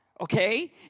Okay